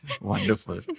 Wonderful